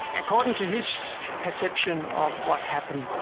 according to his perception of what happened,